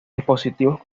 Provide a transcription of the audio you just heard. dispositivos